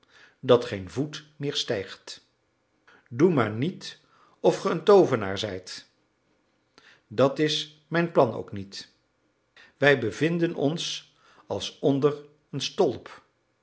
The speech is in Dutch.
dat geen voet meer stijgt doe maar niet of ge een toovenaar zijt dat is mijn plan ook niet wij bevinden ons als onder een stolp